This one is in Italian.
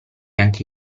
anche